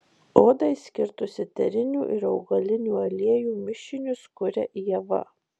odai skirtus eterinių ir augalinių aliejų mišinius kuria ieva